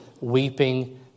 weeping